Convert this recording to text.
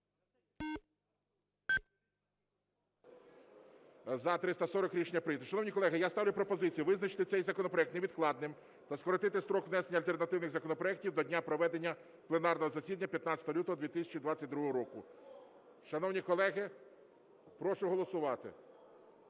За-340 Рішення прийнято. Шановні колеги, я ставлю пропозицію визначити цей законопроект невідкладним та скоротити строк внесення альтернативних законопроектів до дня проведення пленарного засідання 15 лютого 2022 року. Шановні колеги, прошу голосувати.